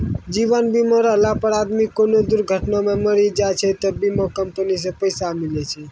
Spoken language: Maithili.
जीवन बीमा रहला पर आदमी कोनो दुर्घटना मे मरी जाय छै त बीमा कम्पनी से पैसा मिले छै